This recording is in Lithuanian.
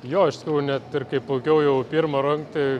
jo iš tikrųjų net ir kai plaukiau jau pirmą rungtį